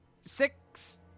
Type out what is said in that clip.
six